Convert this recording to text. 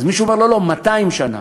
מישהו אומר: לא, 200 שנה.